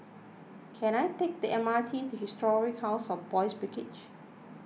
can I take the M R T to Historic House of Boys' Brigade